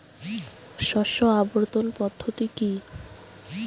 শস্য আবর্তন পদ্ধতি কি?